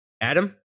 Adam